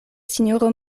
sinjoro